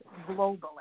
globally